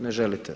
Ne želite.